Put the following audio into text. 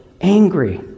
angry